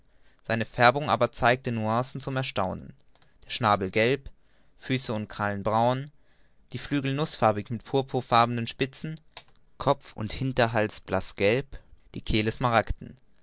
seine färbung aber zeigte nüancen zum erstaunen der schnabel gelb füße und krallen braun die flügel nußfarbig mit purpurfarbenen spitzen kopf und hinterhals blaßgelb die